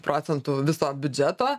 procentų viso biudžeto